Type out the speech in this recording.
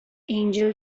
angel